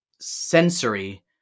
sensory